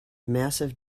massive